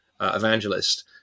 evangelist